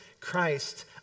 Christ